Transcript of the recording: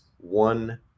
one